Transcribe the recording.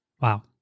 Wow